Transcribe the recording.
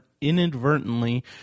inadvertently